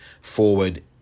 forward